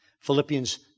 Philippians